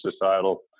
societal